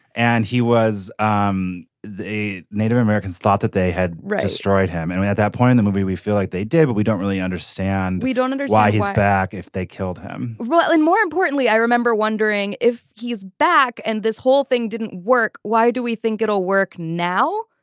and he was um the native americans thought that they had read destroyed him and we at that point in the movie we feel like they did but we don't really understand we don't wonder why he's back if they killed him and more importantly i remember wondering if he's back and this whole thing didn't work why do we think it'll work now.